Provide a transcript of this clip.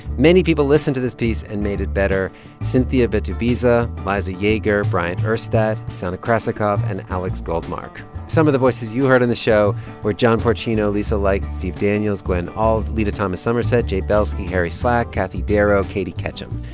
many people listened to this piece and made it better cynthia betubiza, liza yeager, bryant urstadt, sana krasikov and alex goldmark some of the voices you heard on the show were john porcino, lisa leick, like steve daniels, gwen auld, lita thomas somerset, jay belsky, harry slack, kathy darrow, katie catchum.